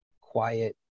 quiet